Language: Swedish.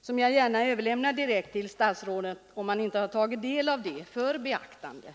Den redogörelsen överlämnar jag gärna direkt till statsrådet för beaktande, om han inte redan har tagit del av den.